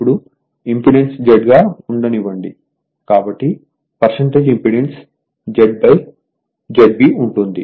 ఇప్పుడు impedance Z గా ఉండనివ్వండి కాబట్టి ఇంపెడెన్స్ Z ZB ఉంటుంది